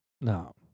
No